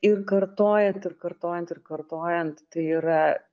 ir kartojant ir kartojant ir kartojant tai yra